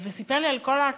הוא סיפר לי על כל הקשיים,